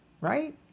Right